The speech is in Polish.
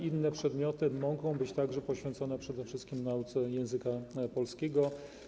Inne przedmioty mogą być również poświęcone przede wszystkim nauce języka polskiego.